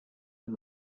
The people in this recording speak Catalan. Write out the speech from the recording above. amb